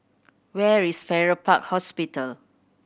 where is Farrer Park Hospital